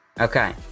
Okay